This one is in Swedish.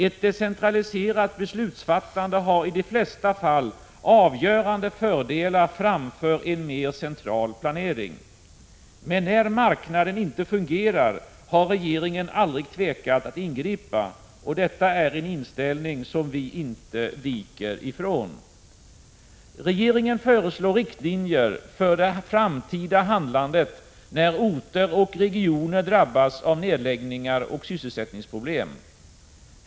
Ett decentraliserat beslutsfattande har i de flesta fall avgörande fördelar framför en mer central planering. Men när marknaden inte fungerar, har regeringen aldrig tvekat att ingripa. Detta är en inställning som vi inte viker ifrån. Regeringen föreslår riktlinjer för det framtida handlandet, när orter och regioner drabbas av nedläggningar och sysselsättningsproblem.